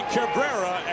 Cabrera